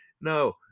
No